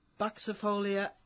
Buxifolia